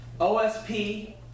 OSP